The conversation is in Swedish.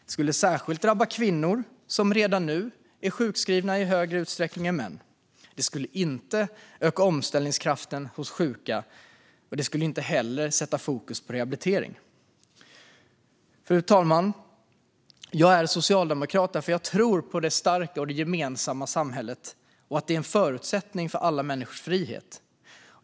Det skulle särskilt drabba kvinnor som redan nu är sjukskrivna i högre utsträckning än män. Det skulle inte öka omställningskraften hos sjuka, och det skulle inte heller sätta fokus på rehabilitering. Fru talman! Jag är socialdemokrat därför att jag tror på att det starka och gemensamma samhället är en förutsättning för alla människors frihet.